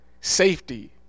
safety